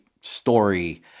story